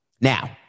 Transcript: Now